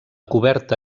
coberta